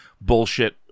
bullshit